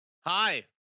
Hi